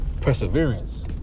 perseverance